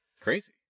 Crazy